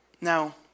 Now